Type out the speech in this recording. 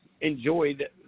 enjoyed